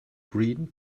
green